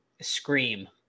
scream